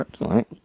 right